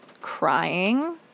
crying